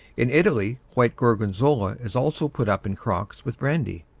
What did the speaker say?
in italy white gorgonzola is also put up in crocks with brandy.